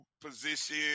position